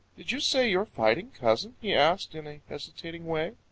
did you say your fighting cousin? he asked in a hesitating way.